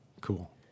Cool